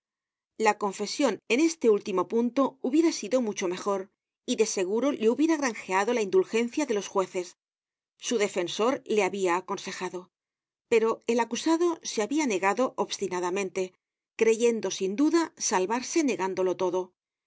la confesion en este último punto hubiera sido mucho mejor y de seguro le hubiera granjeado la indulgencia de los jueces su defensor le habia aconsejado pero el acusado se habia negado obstinadamente creyendo sin duda salvarse negándolo todo